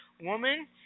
woman